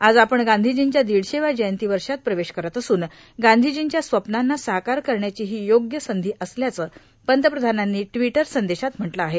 आज आपण गांधीजींच्या दिडशेव्या जयंती वर्षात प्रवेश करत असून गांधीर्जींच्या स्वप्नांना साकार करण्याची ही योग्य संधी असल्याचं पंतप्रधानांनी टिवटर संदेशात म्हटलं आहे